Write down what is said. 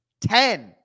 Ten